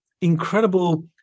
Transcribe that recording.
incredible